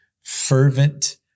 fervent